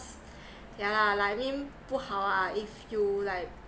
ya lor like I mean 不好 ah if you like